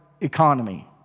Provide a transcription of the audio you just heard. economy